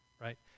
right